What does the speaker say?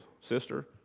sister